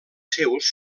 seus